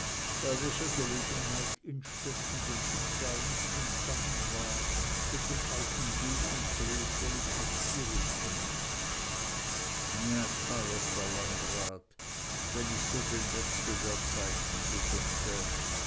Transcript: bei welcher gelegenheit innstetten dem schicksal nicht entgangen war mit dem alten güldenklee politisieren zu müssen ja teuerster landrat wenn ich so den wechsel der zeiten bedenke